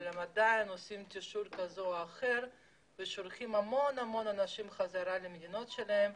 אבל עדיין נערך תשאול כזה או אחר ושולחים המון אנשים בחזרה למדינות שלהם